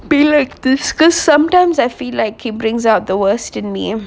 be like this cause sometimes I feel like he brings out the worst in me